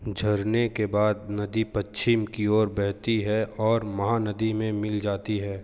झरने के बाद नदी पच्छिम की ओर बहती है और महानदी में मिल जाती है